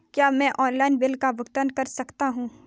क्या मैं online bill का भुगतान कर सकता हूँ?